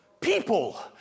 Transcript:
people